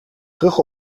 terug